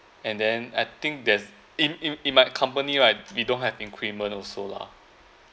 and then I think there's in in in my company right we don't have increment also lah